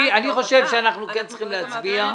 אני חושב שאנחנו כן צריכים להצביע.